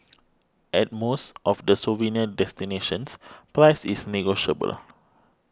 at most of the souvenir destinations price is negotiable